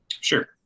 Sure